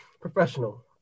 professional